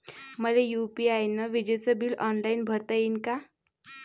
मले यू.पी.आय न विजेचे बिल ऑनलाईन भरता येईन का?